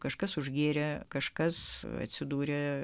kažkas užgėrė kažkas atsidūrė